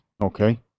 Okay